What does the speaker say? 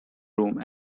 room